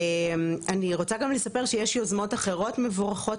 אני רוצה גם לספר שיש יוזמות אחרות מבורכות,